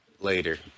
later